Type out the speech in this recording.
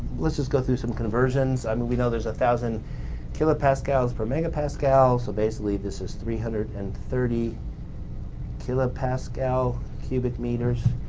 let's just go through some conversions, i mean we know there's one thousand kilopascals per megapascals so basically, this is three hundred and thirty kilopascal cubic meters.